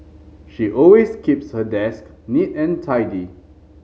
she always keeps her desk neat and tidy